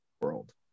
world